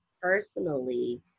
personally